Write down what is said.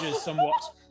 somewhat